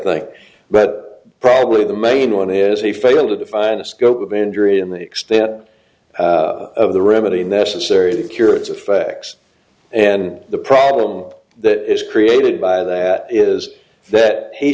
like but probably the main one is he failed to define a scope of injury and the extent of the remedy necessary to cure its effects and the problem that is created by that is that he